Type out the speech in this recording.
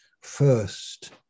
First